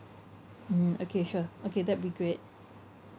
mm okay sure okay that'd be great